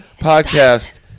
podcast